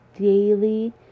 Daily